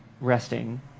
resting